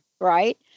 right